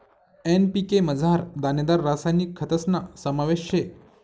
NPK मझार दानेदार रासायनिक खतस्ना समावेश शे